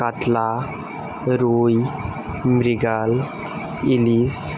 কাতলা রুই মৃগেল ইলিশ